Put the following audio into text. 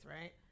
right